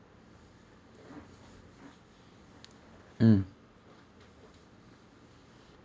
mm